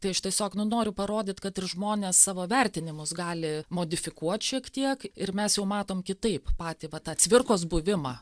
tai aš tiesiog nu noriu parodyt kad ir žmonės savo vertinimus gali modifikuot šiek tiek ir mes jau matom kitaip patį va tą cvirkos buvimą